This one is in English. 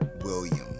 William